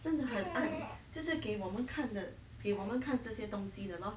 真的很暗就是给我们看的给我们看这些东西的 lor